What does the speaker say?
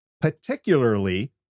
particularly